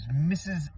Mrs